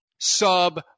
Sub